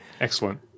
Excellent